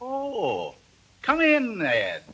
or come in that